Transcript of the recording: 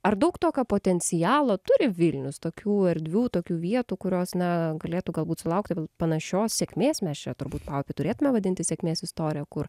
ar daug tokio potencialo turi vilnius tokių erdvių tokių vietų kurios na galėtų galbūt sulaukti panašios sėkmės mes čia turbūt paupui turėtumėme vadinti sėkmės istorija kur